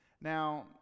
Now